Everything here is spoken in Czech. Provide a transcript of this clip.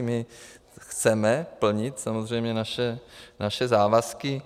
My chceme plnit samozřejmě naše závazky.